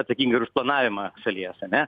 atsakingi ir už planavimą šalies ane